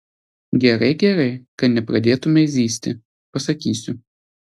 gerai gerai kad nepradėtumei zyzti pasakysiu